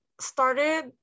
started